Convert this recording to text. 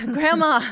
Grandma